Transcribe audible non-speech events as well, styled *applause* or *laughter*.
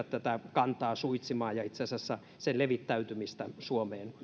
*unintelligible* tätä kantaa suitsimaan ja sen levittäytymistä suomeen